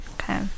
Okay